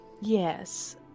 Yes